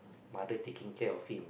mother taking care of him